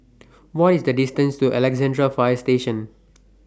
What IS The distance to Alexandra Fire Station